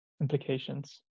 implications